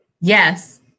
Yes